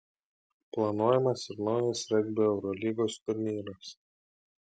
planuojamas ir naujas regbio eurolygos turnyras